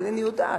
אני אינני יודעת,